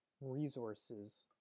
resources